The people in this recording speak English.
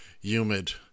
humid